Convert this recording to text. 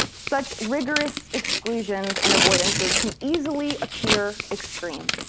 such rigorous exclusions and avoidances can easily appear extreme.